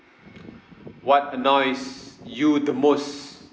what annoys you the most